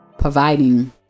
Providing